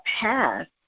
past